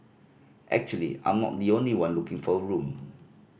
actually I'm not the only one looking for a room